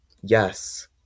Yes